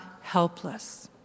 helpless